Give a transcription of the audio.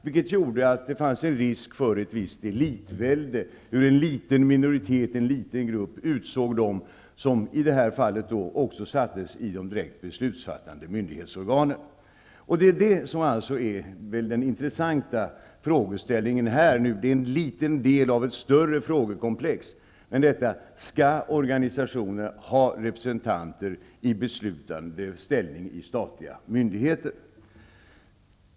Den gjorde att det fanns en risk för ett visst elitvälde. En liten minoritet, en liten grupp utsåg de som i detta fall sattes i de direkt beslutsfattande myndighetsorganen. Detta är den intressanta frågeställningen här. Det är en liten del av ett större frågekomplex: Skall organisationerna ha representanter i beslutande ställning i statliga myndigheter?